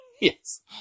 Yes